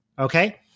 Okay